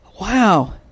wow